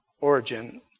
origin